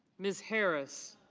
ms. harris.